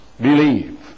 believe